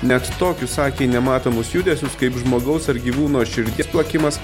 net tokius akiai nematomus judesius kaip žmogaus ar gyvūno širdies plakimas